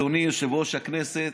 אדוני יושב-ראש הכנסת,